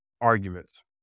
arguments